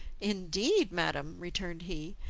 indeed, madam, returned he,